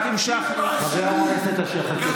רק המשכנו, חבר הכנסת אשר.